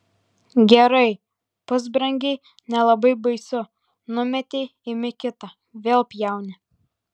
gerai pusbrangiai nelabai baisu numetei imi kitą vėl pjauni